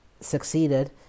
succeeded